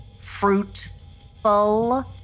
fruitful